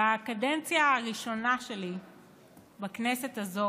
בקדנציה הראשונה שלי בכנסת הזאת,